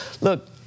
Look